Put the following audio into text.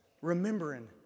remembering